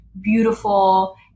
beautiful